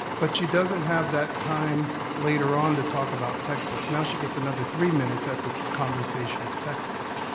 but she doesn't have that time later on to talk about textbooks, now she gets another three minutes at the conversation of textbooks.